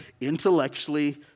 intellectually